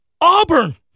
auburn